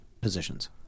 positions